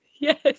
yes